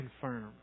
confirm